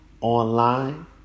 online